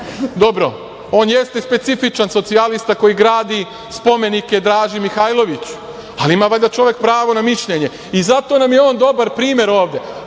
Dobro, on jeste specifičan socijalista koji gradi spomenike Draži Mihajloviću, ali ima valjda čovek pravo na mišljenje. Zato nam je on dobar primer ovde. On